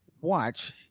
watch